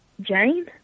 Jane